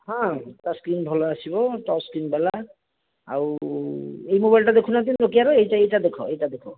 ହଁ touch screen ଭଲ ଆସିବ ଟଚ୍ ସ୍କ୍ରିନ୍ ବାଲା ଆଉ ଏଇ ମୋବାଇଲ୍ଟା ଦେଖୁନାହାଁନ୍ତି ନୋକିଆରେ ଏଇଟା ଏଇଟା ଦେଖ ଏଇଟା ଦେଖ